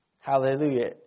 Hallelujah